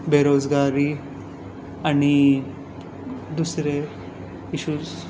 बेरोजगारी आनी दुसरे इशूज